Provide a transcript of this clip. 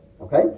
okay